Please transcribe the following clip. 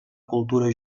cultura